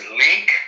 link